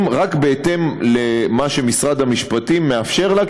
רק בהתאם למה שמשרד המשפטים מאפשר לה,